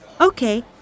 Okay